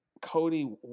Cody